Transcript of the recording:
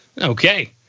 Okay